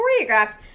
choreographed